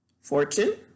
fortune